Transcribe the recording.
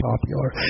popular